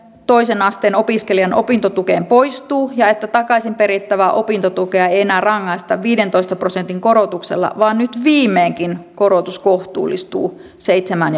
toisen asteen opiskelijan opintotukeen poistuu ja että takaisin perittävää opintotukea ei enää rangaista viidentoista prosentin korotuksella vaan nyt viimeinenkin korotus kohtuullistuu seitsemään